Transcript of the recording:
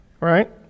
Right